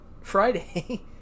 Friday